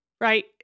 right